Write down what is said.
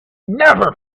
never